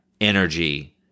energy